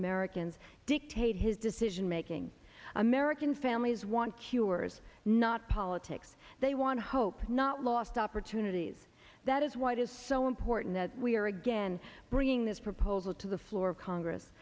americans dictate his decision making american families want cures not politics they want hope not lost opportunities that is why it is so important that we are again bringing this proposal to the floor of congress